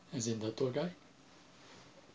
as in the tour guide